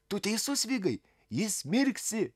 tu teisus vigai jis mirksi